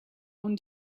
own